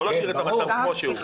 לא להשאיר את המצב כמו שהוא.